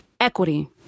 Equity